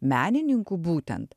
menininkų būtent